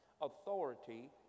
authority